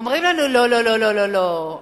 אומרים לנו: לא, לא, לא, לא.